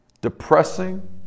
depressing